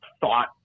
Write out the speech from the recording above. thought